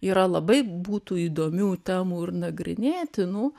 yra labai būtų įdomių temų ir nagrinėtinų